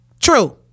True